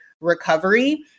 recovery